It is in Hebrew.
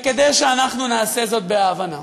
כדי שנעשה זאת בהבנה,